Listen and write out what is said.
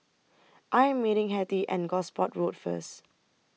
I Am meeting Hetty and Gosport Road First